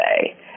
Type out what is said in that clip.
say